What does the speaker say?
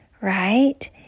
right